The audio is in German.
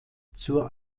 zur